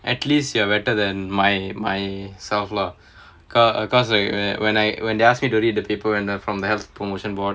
at least you are better than my myself lah because because err when I when they ask me to read the paper from the health promotion board